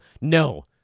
No